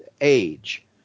age